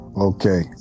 Okay